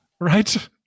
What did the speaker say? Right